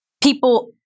people